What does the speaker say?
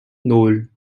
ноль